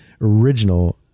original